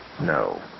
No